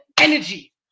energy